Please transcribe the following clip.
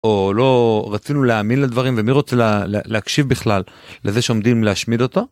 או לא רצינו להאמין לדברים, ומי רוצה להקשיב בכלל לזה שעומדים להשמיד אותו?